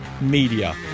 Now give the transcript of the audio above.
media